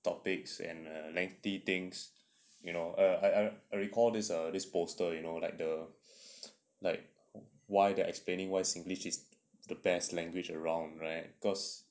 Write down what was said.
topics and err lengthy things you know err I recall this err this poster you know like the like why they're explaining why singlish is the best language around right cause